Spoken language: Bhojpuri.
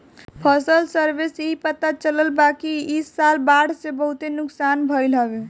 फसल सर्वे से इ पता चलल बाकि इ साल बाढ़ से बहुते नुकसान भइल हवे